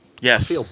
Yes